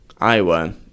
Iowa